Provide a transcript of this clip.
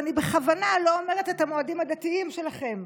אני בכוונה לא אומרת את המועדים הדתיים שלכם.